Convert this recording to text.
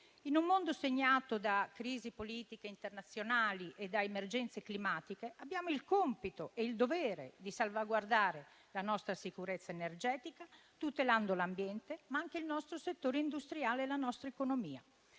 In un mondo segnato da crisi politiche internazionali e da emergenze climatiche, abbiamo il compito e il dovere di salvaguardare la nostra sicurezza energetica, tutelando l'ambiente, ma anche il nostro settore industriale e la nostra economia.